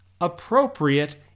appropriate